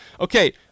Okay